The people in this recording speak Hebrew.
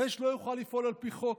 ר' לא יוכל לפעול על פי חוק,